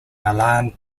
milan